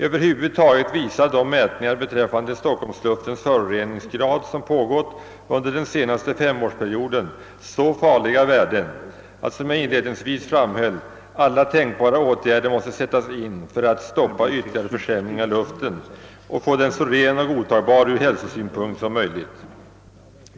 Över huvud taget visar de mätningar beträffande stockholmsluftens föroreningsgrad, som pågått under den senaste femårsperioden, så farliga värden, att, som jag inledningsvis framhöll, alla tänkbara åtgärder måste sättas in för att stoppa ytterligare försämring av luften och få den så ren och godtagbar ur hälsosynpunkt som möjligt.